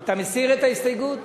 אתה מסיר את ההסתייגות?